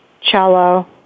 cello